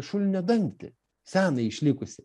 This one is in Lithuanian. šulinio dangtį seną išlikusį